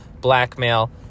blackmail